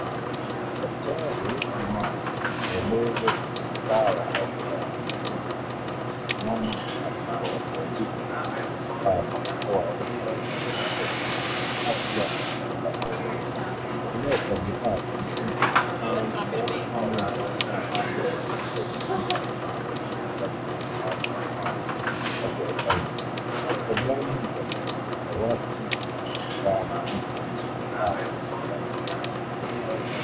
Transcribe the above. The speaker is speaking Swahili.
Daktari anawaeleza kuhusu dawa au bidhaa nyingine inayohusiana na afya kwa watu wawili waliovaa barakoa huku wakizingatia kanuni za afya na usafi. Uwekezaji kwa bidhaa kama hizi unaweza kuwa sehemu ya juhudi za kusaidia kupunguza maambukizi ya magonjwa ya kupumua wakati wa janga. Au programu za kuhakikisha watu wanapata bidhaa muhimu kama dawa. Mfano.